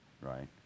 right